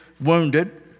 wounded